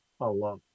Allah